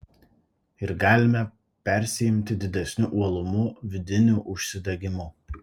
ir galime persiimti didesniu uolumu vidiniu užsidegimu